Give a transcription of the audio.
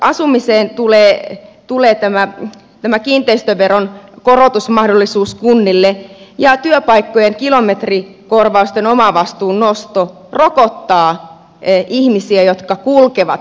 asumiseen tulee myöskin kiinteistöveron korotusmahdollisuus kunnille ja työpaikkojen kilometrikorvausten omavastuun nosto rokottaa ihmisiä jotka kulkevat työn perässä